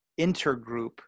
intergroup